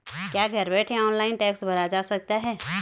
क्या घर बैठे ऑनलाइन टैक्स भरा जा सकता है?